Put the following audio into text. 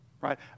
right